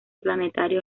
planetario